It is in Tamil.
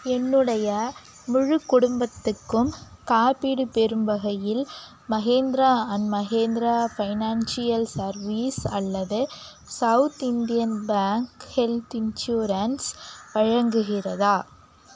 என்னுடைய முழு குடும்பத்துக்கும் காப்பீடு பெறும் வகையில் Mahindra and Mahindra financial service அல்லது south Indian bank health insurance வழங்குகிறதா